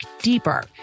deeper